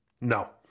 No